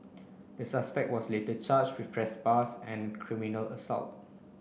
the suspect was later charged with trespass and criminal assault